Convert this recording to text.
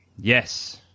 yes